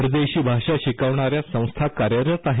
परदेशी भाषा शिकवणाऱ्या संस्था कार्यरत आहेत